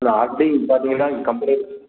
இல்லை half day complete